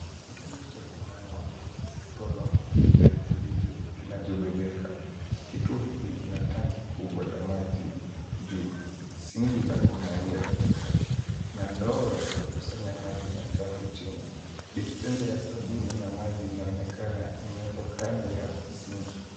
Kituo cha kunawa mikono ya kijani kibichi, kinachobebeka. Kituo hiki kina tanki kubwa la maji juu, sinki la kunawia katikati. Na ndoo ya kukusanya maji machafu chini. Dispenser ya sabuni vinaonekana imewekwa kando ya sinki.